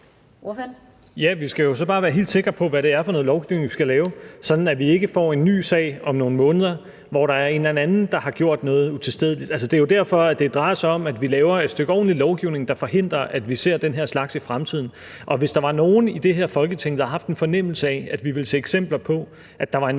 Ja, vi skal jo så bare være helt sikre på, hvad det er for noget lovgivning, vi skal lave, sådan at vi ikke får en ny sag om nogle måneder, hvor der er en anden, der har gjort noget utilstedeligt. Altså, det er jo derfor, det drejer sig om, at vi laver et ordentligt lovgivningsarbejde, der forhindrer, at vi ser den her slags i fremtiden. Og hvis der var nogen i det her Folketing, der havde haft en fornemmelse af, at vi ville se eksempler på, at en mand